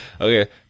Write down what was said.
okay